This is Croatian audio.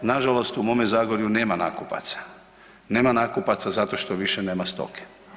Na žalost u mome Zagorju nema nakupaca, nema nakupaca zato što više nema stoke.